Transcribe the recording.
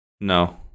No